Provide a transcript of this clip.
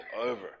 over